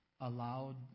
allowed